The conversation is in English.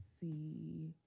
see